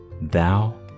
thou